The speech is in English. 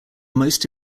most